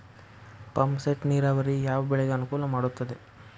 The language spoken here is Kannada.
ಪಂಪ್ ಸೆಟ್ ನೇರಾವರಿ ಯಾವ್ ಬೆಳೆಗೆ ಅನುಕೂಲ ಮಾಡುತ್ತದೆ?